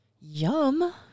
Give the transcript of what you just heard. Yum